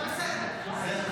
בבקשה.